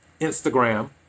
Instagram